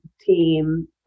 team